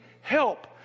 help